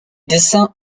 dessins